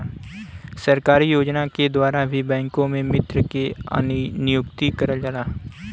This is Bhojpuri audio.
सरकारी योजना के द्वारा भी बैंक मित्र के नियुक्ति करल जाला